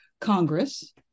congress